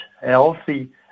healthy